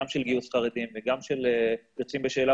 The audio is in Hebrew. גם של גיוס חרדים וגם של יוצאים בשאלה,